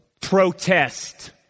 protest